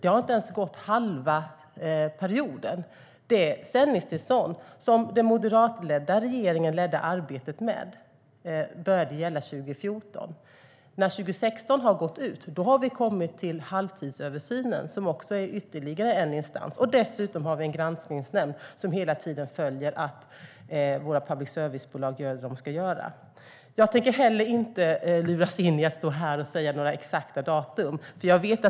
Det har inte ens gått halva perioden. Det sändningstillstånd som den moderatledda regeringen ledde arbetet med började gälla 2014. Vid utgången av 2016 har vi kommit till halvtidsöversynen, som också är ytterligare en instans, och dessutom har vi en granskningsnämnd som hela tiden följer att våra public service-bolag gör vad de ska. Jag tänker heller inte luras in i att stå och här och säga några exakta datum.